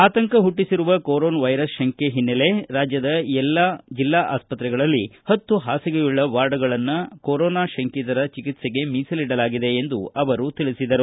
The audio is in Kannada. ಆತಂಕ ಪುಟ್ವಿಸಿರುವ ಕೊರೊನ್ ವೈರಸ್ ಶಂಕೆ ಹಿನ್ನೆಲೆ ರಾಜ್ಯದ ಎಲ್ಲಾ ಜಿಲ್ಲಾ ಆಸ್ಪತ್ರೆಗಳಲ್ಲಿ ಪತ್ತು ಹಾಸಿಗೆಯುಳ್ಳ ವಾರ್ಡ್ಗಳನ್ನ ಕೋರೋನಾ ಶಂಕಿತರ ಚಿಕಿತ್ಸೆಗೆ ಮೀಸಲಿಡಲಾಗಿದೆ ಎಂದು ಹೇಳಿದರು